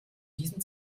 diesem